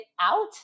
out